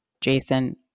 Jason